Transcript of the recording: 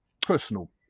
personal